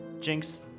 Jinx